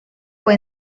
fue